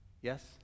Yes